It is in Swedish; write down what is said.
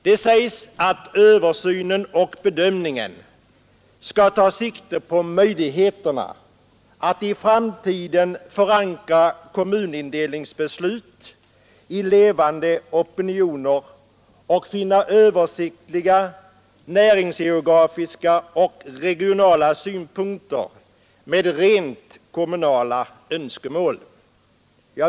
Det sägs att översynen och bedömningen skall ”ta sikte på möjligheterna att i framtiden förankra kommunindelningsbeslut i levande opinioner och förena översiktliga, näringsgeografiska och regionala synpunkter med rent kommunala önskemål”.